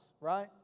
right